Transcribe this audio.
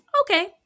Okay